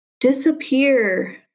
disappear